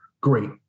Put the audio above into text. great